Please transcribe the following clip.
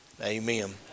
Amen